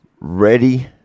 Ready